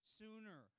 sooner